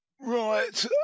Right